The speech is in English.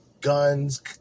guns